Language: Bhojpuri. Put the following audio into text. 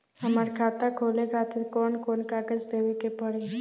हमार खाता खोले खातिर कौन कौन कागज देवे के पड़ी?